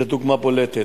זו דוגמה בולטת.